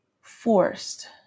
forced